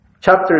chapter